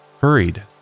Hurried